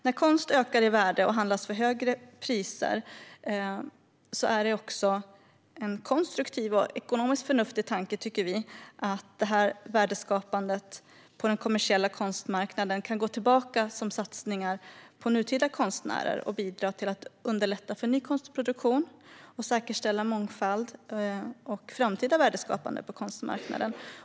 När konst ökar i värde och handlas för högre priser tycker vi att det är en konstruktiv och ekonomiskt förnuftig tanke att detta värdeskapande på den kommersiella konstmarknaden kan gå tillbaka som satsningar till nutida konstnärer och bidra till att underlätta för ny konstproduktion och säkerställa mångfald och framtida värdeskapande på konstmarknaden.